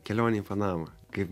kelionę į panamą kaip